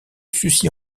sucy